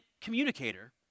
communicator